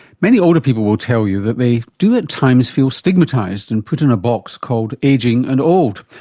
many older people will tell you that they do at times feel stigmatised and put in a box called ageing and old.